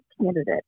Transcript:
candidate